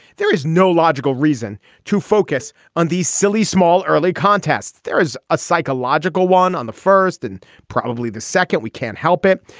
there is no logical reason to focus on these silly, small early contests. there is a psychological one on the first and probably the second. we can't help it,